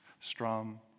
Strum